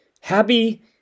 Happy